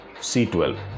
C12